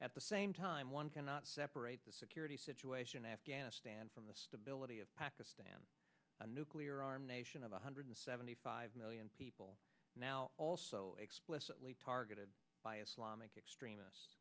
at the same time one cannot separate the security situation in afghanistan from the stability of pakistan a nuclear armed nation of one hundred seventy five million people now also explicitly targeted by islam giving extremists